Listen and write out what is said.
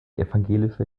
evangelische